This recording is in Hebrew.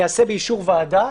ייעשה באישור ועדה.